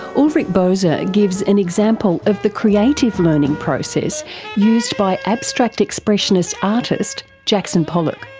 ulrich boser gives an example of the creative learning process used by abstract expressionist artist jackson pollock.